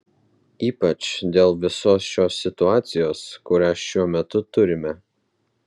ypač dėl visos šios situacijos kurią šiuo metu turime